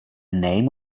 name